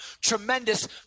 tremendous